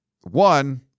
one